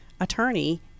attorney